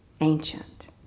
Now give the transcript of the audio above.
ancient